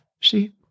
See